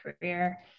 career